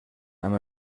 amb